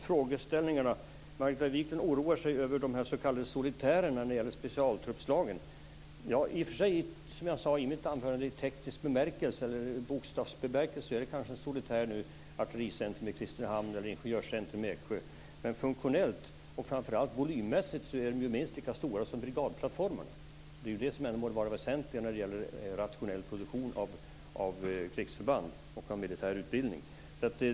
Margareta Viklund oroar sig över de s.k. solitärerna när det gäller specialtruppslagen. I och för sig, som jag sade i mitt anförande, kanske artillericentrum i Kristinehamn eller ingenjörscentrum i Eksjö är solitärer i teknisk bemärkelse eller i bokstavsbemärkelse. Men funktionellt och framför allt volymmässigt är de ju minst lika stora som brigadplattformarna. Det är ju det som må vara det väsentliga när det gäller rationell produktion av krigsförband och militär utbildning.